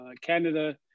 Canada